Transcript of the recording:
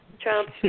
Trump